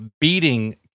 beating